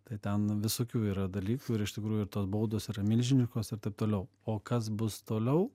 tai ten visokių yra dalykų ir iš tikrųjų tos baudos yra milžiniškos ir taip toliau o kas bus toliau